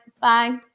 Bye